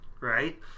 right